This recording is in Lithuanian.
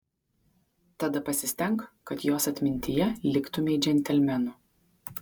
tada pasistenk kad jos atmintyje liktumei džentelmenu